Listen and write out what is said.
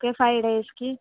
okay five డేస్కి